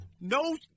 No